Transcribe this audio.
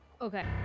Okay